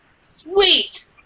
sweet